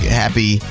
happy